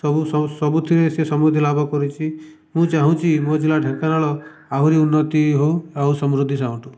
ସବୁ ସବୁଥିରେ ସେ ସମୃଦ୍ଧି ଲାଭ କରୁଛି ମୁଁ ଚାହୁଁଛି ମୋ ଜିଲ୍ଲା ଢେଙ୍କାନାଳ ଆହୁରି ଉନ୍ନତି ହେଉ ଆଉ ସମୃଦ୍ଧି ସାଉଁଟୁ